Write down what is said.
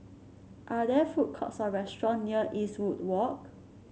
are there food courts or restaurants near Eastwood Walk